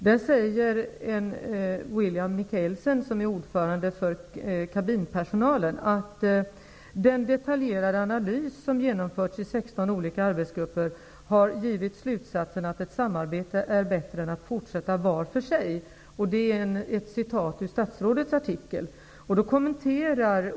Där säger William Micaelsen, som är ordförande för kabinpersonalen, att: ''Den detaljerade analysen, som genomförts i 16 olika arbetsgrupper, har givit slutsatsen att ett samarbete är bättre än att fortsätta var för sig.'' Detta är ett citat ur statsrådets artikel.